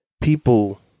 people